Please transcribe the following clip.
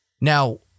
now